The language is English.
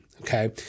okay